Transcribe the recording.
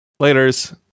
laters